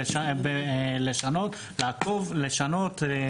לעקוב ולשנות.